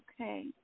okay